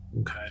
Okay